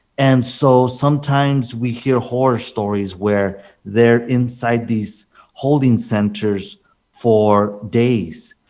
and so sometimes we hear horror stories where they are inside these holding centers for days.